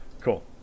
Cool